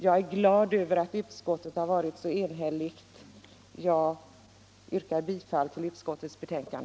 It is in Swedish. Jag är glad över att utskottet varit så enigt, och jag yrkar bifall till utskottets hemställan.